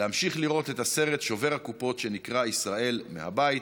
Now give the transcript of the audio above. להמשיך לראות את הסרט שובר הקופות שנקרא ישראל מהבית